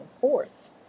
forth